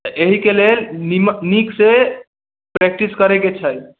तऽ एहिके लेल नीक से प्रैक्टिस करै के छै